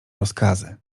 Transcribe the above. rozkazy